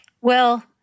Well-